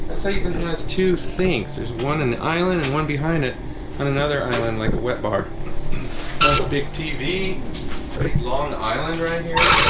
so you can has two sinks there's one in the island and one behind it on another island like a wet bar nice big tv long island right here